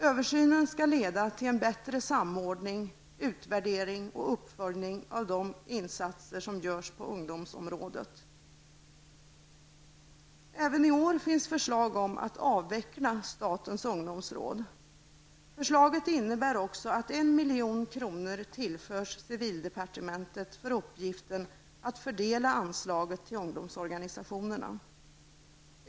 Översynen skall leda till en bättre samordning, utvärdering och uppföljning av de insatser som görs på ungdomsområdet. Även i år finns förslag om att avveckla statens ungdomsråd. Förslaget innebär också att 1 milj.kr. tillförs civildepartementet för uppgiften att fördela anslaget till ungdomsorganisationerna.